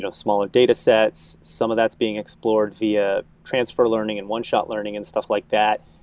ah smaller datasets? some of that is being explored via transfer learning and one shot learning and stuff like that.